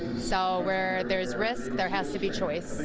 so where there's risk there has to be choice.